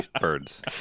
birds